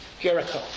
Jericho